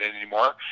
anymore